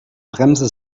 bremse